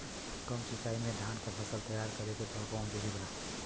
कम सिचाई में धान के फसल तैयार करे क कवन बिधि बा?